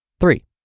Three